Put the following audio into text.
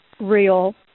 real